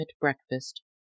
breakfast